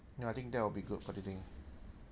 no I think that will be good for the day